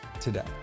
today